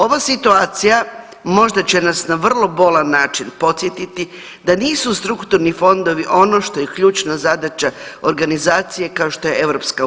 Ova situacija možda će nas na vrlo bolan način podsjetiti da nisu strukturni fondovi ono što je ključna zadaća organizacije kao što je EU.